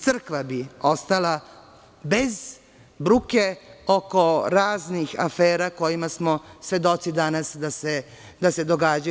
Crkva bi ostala bez bruke oko raznih afera kojima smo svedoci danas da se događaju.